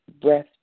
breath